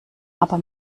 aber